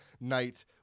night